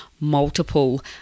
multiple